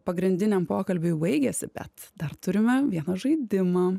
pagrindiniam pokalbiui baigėsi bet dar turime vieną žaidimą